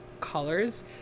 colors